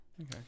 Okay